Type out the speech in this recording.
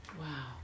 Wow